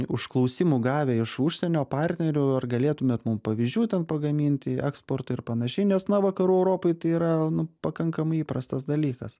užklausimų gavę iš užsienio partnerių ar galėtumėt mum pavyzdžių ten pagaminti eksportui ir panašiai nes na vakarų europoj tai yra nu pakankamai įprastas dalykas